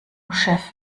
chef